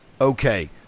okay